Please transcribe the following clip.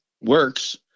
works